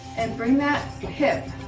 and bring that hip